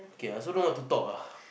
okay I also don't want to talk ah